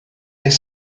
est